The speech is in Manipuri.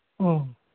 ꯑꯣ